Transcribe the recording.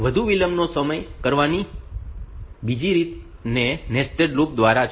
વધુ વિલંબનો સમાવેશ કરવાની બીજી રીત એ નેસ્ટેડ લૂપ દ્વારા છે